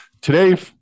today